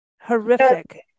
horrific